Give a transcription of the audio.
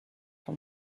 from